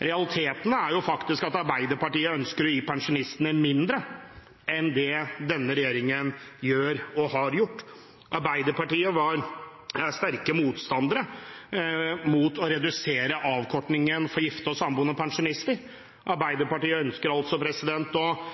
Realitetene er at Arbeiderpartiet ønsker å gi pensjonistene mindre enn det denne regjeringen gjør og har gjort. Arbeiderpartiet var sterkt motstandere av å redusere avkortningen for gifte og samboende pensjonister. Arbeiderpartiet ønsker nå å